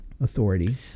authority